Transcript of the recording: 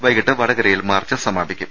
വൈകീട്ട് വടകരയിൽ മാർച്ച് സമാപിക്കും